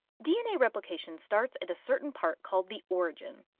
dna replication starts at a certain part called the origin.